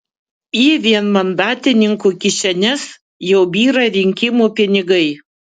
į vienmandatininkų kišenes jau byra rinkimų pinigai